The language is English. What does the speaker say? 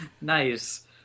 Nice